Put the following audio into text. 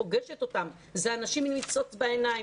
אלה אנשים עם ניצוץ בעיניים,